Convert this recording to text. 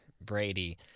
Brady